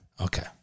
Okay